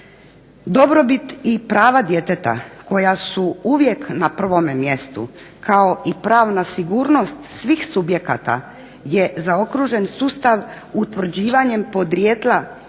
Dobrobit i prava djeteta koja su uvijek na prvom mjestu kao i pravna sigurnost svih subjekata, je zaokružen sustav utvrđivanja podrijetla